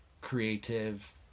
creative